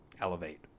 elevate